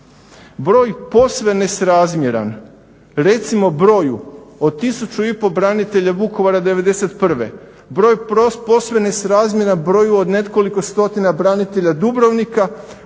Broj posve nesrazmjeran recimo broju od tisuću i pol branitelja Vukovara '91., broj posve nesrazmjeran broju od nekoliko stotina branitelja Dubrovnika,